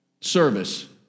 service